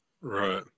Right